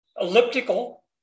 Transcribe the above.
elliptical